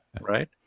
right